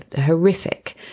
horrific